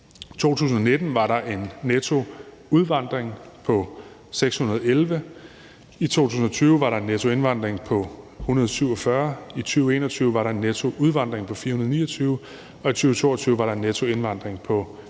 i 2019 var der en nettoudvandring på 611, i 2020 var der en nettoindvandring på 147, i 2021 var der en nettoudvandring på 429, og i 2022 var der en nettoindvandring på 102.